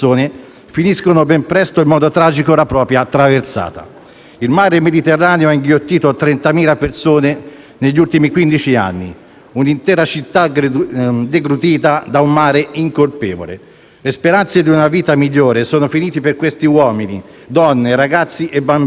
finiscono ben presto in modo tragico la propria traversata. Il Mar Mediterraneo ha inghiottito 30.000 persone negli ultimi quindici anni: un'intera città deglutita da un mare incolpevole. Le speranze di una vita migliore sono finite per questi uomini, donne, ragazzi e bambini,